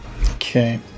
Okay